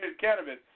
cannabis